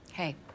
Hey